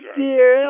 dear